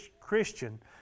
Christian